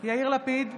יאיר לפיד,